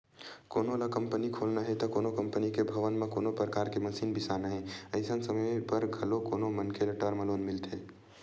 कोनो ल कंपनी खोलना हे ते कोनो कंपनी के भवन म कोनो परकार के मसीन बिसाना हे अइसन समे बर घलो कोनो मनखे ल टर्म लोन मिलथे